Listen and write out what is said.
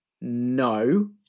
no